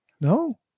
No